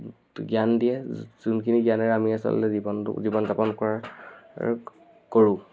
জ্ঞান দিয়ে যোনখিনি জ্ঞানেৰে আমি আচলতে জীৱনটো জীৱন যাপন কৰাৰ কৰোঁ